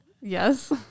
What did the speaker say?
yes